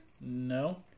No